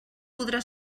podrà